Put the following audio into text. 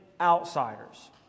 outsiders